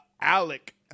Alec